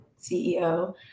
CEO